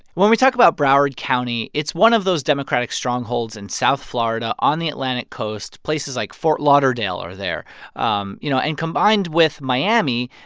when we talk about broward county, it's one of those democratic strongholds in south florida on the atlantic coast places like fort lauderdale are there um you know, and combined with miami,